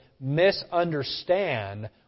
misunderstand